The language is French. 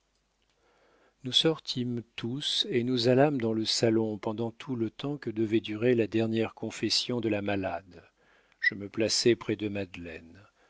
nous sortîmes tous et nous allâmes dans le salon pendant tout le temps que devait durer la dernière confession de la malade je me plaçai près de madeleine